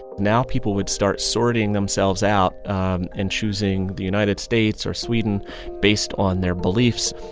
now people would start sorting themselves out um and choosing the united states or sweden based on their beliefs.